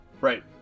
right